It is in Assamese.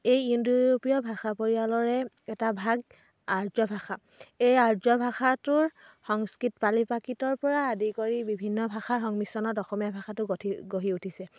এই ইণ্ডো ইউৰোপীয় ভাষা পৰিয়ালৰে এটা ভাগ আৰ্য ভাষা এই আৰ্য ভাষাটোৰ সংস্কৃত পালি প্ৰাকৃতৰ পৰা আদি কৰি বিভিন্ন ভাষাৰ সংমিশ্ৰণত অসমীয়া ভাষাটো গঠি গঢ়ি উঠিছে